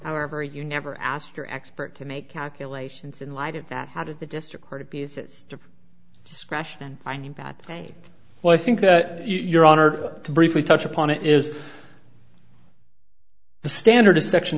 however you never asked your expert to make calculations in light of that how did the district court abuses to discretion i mean that well i think that your honor briefly touch upon it is the standard of section